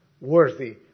worthy